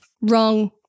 Wrong